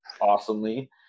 awesomely